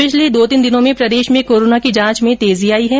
पिछले दो तीन दिनों में प्रदेश में कोरोना की जांच में भी तेजी आयी है